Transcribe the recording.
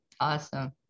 Awesome